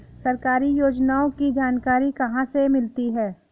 सरकारी योजनाओं की जानकारी कहाँ से मिलती है?